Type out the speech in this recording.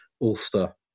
Ulster